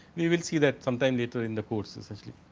we will see that sometime needs in the courts essentially.